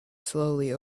slowly